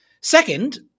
Second